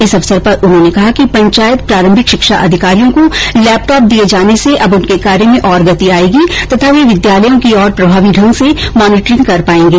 इस अवसर पर उन्होंने कहा कि पंचायत प्रारंभिक षिक्षा अधिकारियों को लेपटॉप दिए जाने से अब उनके कार्य में और गति आएगी तथा वे विद्यालयों की और प्रभावी ढंग से मोनिटरिंग कर पाएंगे